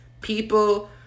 People